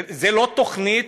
זה לא תוכנית,